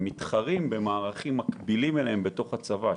הם מתחרים במערכים מקבילים אליהם בתוך הצבא,